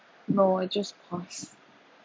no I just pause